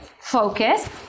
focus